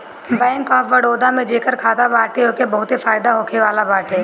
bank of Baroda में जेकर खाता बाटे ओके बहुते फायदा होखेवाला बाटे